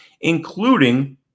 including